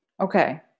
Okay